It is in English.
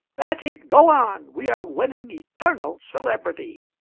that's it go on! we are winning eternal celebrity!